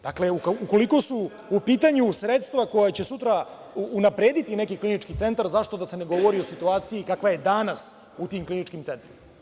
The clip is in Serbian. Dakle, ukoliko su u pitanju sredstva koja će sutra unaprediti neki klinički centar, zašto da se ne govori o situaciji kakva je danas u tim kliničkim centrima?